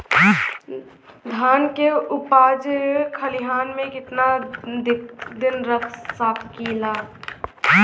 धान के उपज खलिहान मे कितना दिन रख सकि ला?